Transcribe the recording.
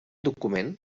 document